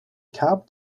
cab